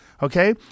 Okay